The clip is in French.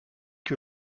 que